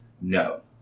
No